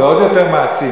זה עוד יותר מעצים.